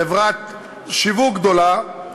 חברת שיווק גדולה,